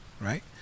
Right